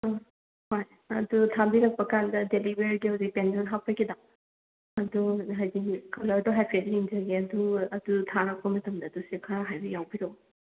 ꯎꯝ ꯍꯣꯏ ꯑꯗꯨ ꯊꯥꯕꯤꯔꯛꯄ ꯀꯥꯟꯗ ꯗꯦꯂꯤ ꯋꯦꯌꯔꯒꯤ ꯍꯧꯖꯤꯛ ꯄꯦꯟꯗꯦꯟ ꯍꯥꯞꯄꯒꯤꯗꯣ ꯑꯗꯨ ꯍꯥꯏꯗꯤ ꯀꯂꯔꯗꯣ ꯍꯥꯏꯐꯦꯠ ꯌꯦꯡꯖꯒꯦ ꯑꯗꯨ ꯑꯗꯨ ꯊꯥꯔꯛꯄ ꯃꯇꯝꯗ ꯑꯗꯨꯁꯨ ꯈꯔ ꯍꯥꯏꯐꯦꯠ ꯌꯥꯎꯕꯤꯔꯛꯑꯣ